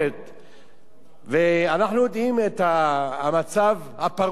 ואנחנו מכירים את המצב הפרוץ, לצערנו הרב,